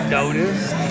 noticed